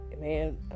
Man